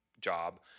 job